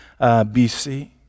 BC